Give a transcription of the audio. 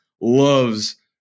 loves